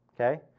okay